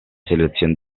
selección